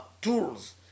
tools